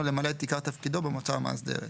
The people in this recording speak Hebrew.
למלא את עיקר תפקידו במועצה המאסדרת.